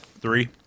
Three